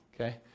Okay